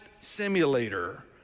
simulator